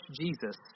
Jesus